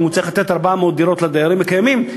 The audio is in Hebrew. אם הוא צריך לתת 400 דירות לדיירים הקיימים,